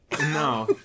No